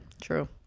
True